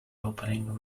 opening